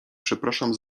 przepraszam